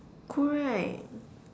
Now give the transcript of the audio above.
cool right